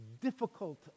difficult